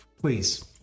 Please